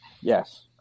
Yes